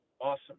Awesome